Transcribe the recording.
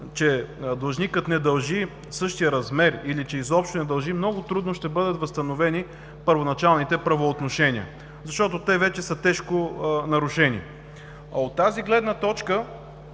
че длъжникът не дължи същия размер или че изобщо не дължи, много трудно ще бъдат възстановени първоначалните правоотношения, защото те вече са тежко нарушени. От тази гледна точка